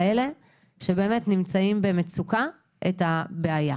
שבאמת נמצאים במצוקה, את הבעיה.